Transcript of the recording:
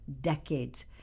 decades